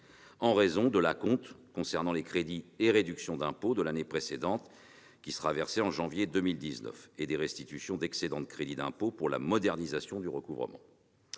en raison de l'acompte portant sur les crédits et réductions d'impôt de l'année précédente, qui sera versé en janvier 2019, et des restitutions d'excédents de crédit d'impôt pour la modernisation du recouvrement.